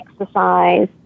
exercise